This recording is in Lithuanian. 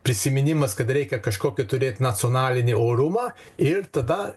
prisiminimas kad reikia kažkokį turėti nacionalinį orumą ir tada